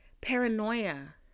Paranoia